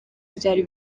byari